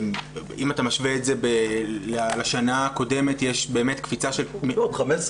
אם אתה משווה את זה לשנה הקודמת יש באמת קפיצה של --- 15%,